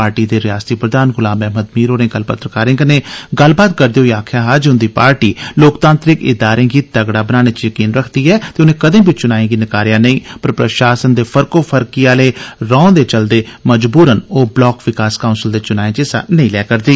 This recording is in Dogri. पार्टी दे रयासती प्रधान गुलाम अहमद मीर होरें कल पत्रकारें कन्नै गल्लबात करदे होई आखेआ जे उंदी पार्टी लोकतांत्रिक इदारें गी तगड़ा बनाने च यकीन रक्खदी ऐ ते उनें कदें बी चुनाएं गी नकारेआ नेइ पर प्रशासन दे फर्कोफर्की आह्ले रौं दे चलदे मजबूरन ओह ब्लाक विकास काउंसल दे चुनाएं च हिस्सा नेई लै करदे न